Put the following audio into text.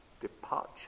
departure